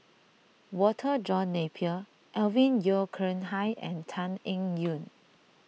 Walter John Napier Alvin Yeo Khirn Hai and Tan Eng Yoon